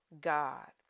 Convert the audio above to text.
God